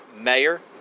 mayor